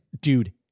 dude